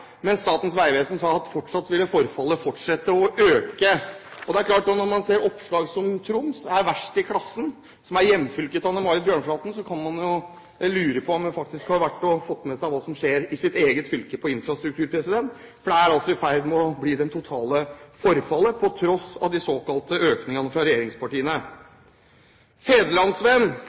Statens vegvesen sier at forfallet fortsatt vil øke. Det er klart at når man ser oppslag om at «Troms er verst i klassen», som er hjemfylket til Anne Marit Bjørnflaten, kan man lure på om hun har fått med seg hva som skjer i hennes eget fylke når det gjelder infrastruktur. For det er altså i ferd med å bli det totale forfallet, til tross for de såkalte økningene fra regjeringspartiene.